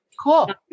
Cool